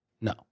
No